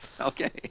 Okay